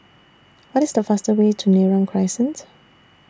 What IS The fastest Way to Neram Crescent